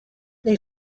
they